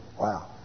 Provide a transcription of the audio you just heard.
Wow